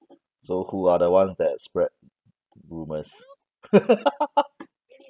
so who are the ones that spread rumours